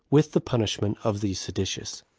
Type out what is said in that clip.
with the punishment of the seditious.